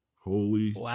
Holy